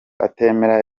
atemera